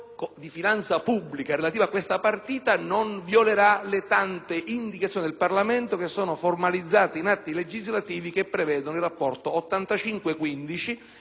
di finanza pubblica relativo a questa partita non violerà le tante indicazioni del Parlamento che sono formalizzate in atti legislativi che prevedono il rapporto 85